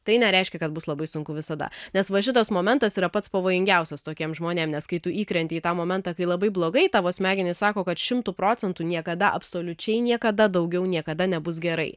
tai nereiškia kad bus labai sunku visada nes va šitas momentas yra pats pavojingiausias tokiems žmonėms nes kai tu įkrenti į tą momentą kai labai blogai tavo smegenys sako kad šimtu procentų niekada absoliučiai niekada daugiau niekada nebus gerai